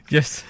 Yes